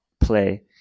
play